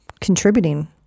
contributing